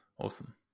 Awesome